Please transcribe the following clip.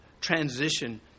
transition